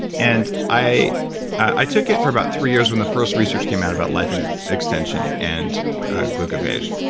and i i took it for about three years when the first research came out about life extension and glucophage.